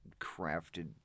crafted